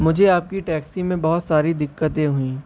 مجھے آپ کی ٹیکسی میں بہت ساری دقتیں ہوئیں